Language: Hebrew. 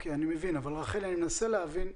אני מבין אבל אני מנסה להבין.